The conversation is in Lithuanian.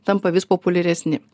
tampa vis populiaresni